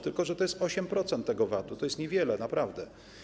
Tylko że to jest 8% tego VAT-u, to jest niewiele, naprawdę.